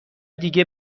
دیگه